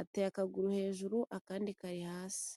Ateye akaguru hejuru, akandi kari hasi.